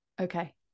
Okay